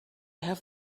have